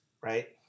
right